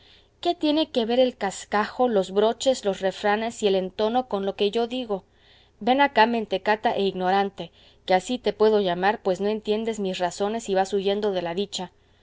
qué tiene que ver el cascajo los broches los refranes y el entono con lo que yo digo ven acá mentecata e ignorante que así te puedo llamar pues no entiendes mis razones y vas huyendo de la dicha